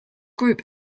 group